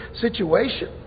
situation